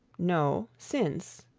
no, since.